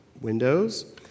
windows